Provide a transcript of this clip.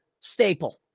staple